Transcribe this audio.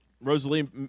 Rosalie